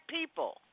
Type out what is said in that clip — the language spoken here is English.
people